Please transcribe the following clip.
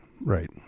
right